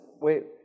wait